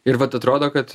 ir vat atrodo kad